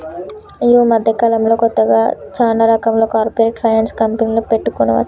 యీ మద్దెకాలంలో కొత్తగా చానా రకాల కార్పొరేట్ ఫైనాన్స్ కంపెనీలు పుట్టుకొచ్చినై